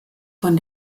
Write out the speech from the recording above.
von